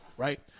Right